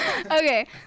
Okay